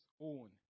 own